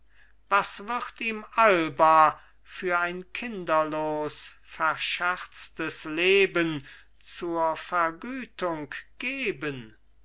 was wird ihm alba für ein kinderlos verscherztes leben zur vergütung geben